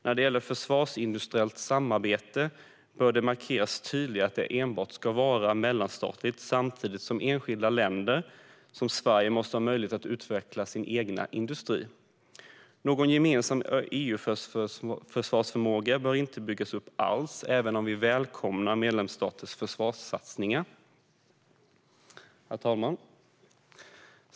När det gäller försvarsindustriellt samarbete bör det markeras tydligare att detta enbart ska vara mellanstatligt, samtidigt som enskilda länder, som Sverige, måste ha möjlighet att utveckla sin egen industri. Någon gemensam EU-försvarsförmåga bör inte byggas upp alls, även om vi välkomnar olika medlemsstaters försvarssatsningar. Herr talman!